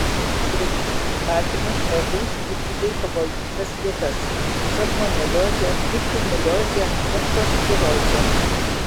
graužikai platina žmogaus gyvybei pavojingas ligas salmoneliozę trichineliozę leptospirozę